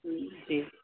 جی